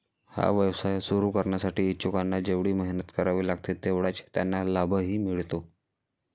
हा व्यवसाय सुरू करण्यासाठी इच्छुकांना जेवढी मेहनत करावी लागते तेवढाच त्यांना लाभही मिळतो